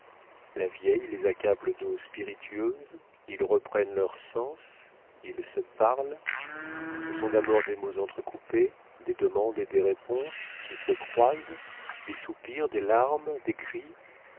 la vieille les accable d'eaux spiritueuses ils reprennent leurs sens ils se parlent ce sont d'abord des mots entrecoupés des demandes et des réponses qui se croisent des soupirs des larmes des cris